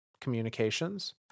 communications